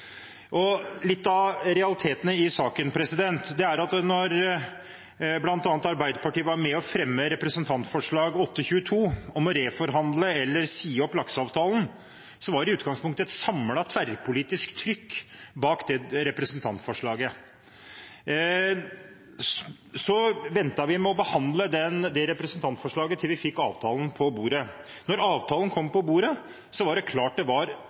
Litt av realitetene i saken: Når bl.a. Arbeiderpartiet var med på å fremme Dokument 8:22 for 2016–2017 om å reforhandle eller si opp lakseavtalen, var det i utgangspunktet et samlet tverrpolitisk trykk bak representantforslaget. Så ventet vi med å behandle representantforslaget til vi fikk avtalen på bordet. Da avtalen kom på bordet, var det klart at det var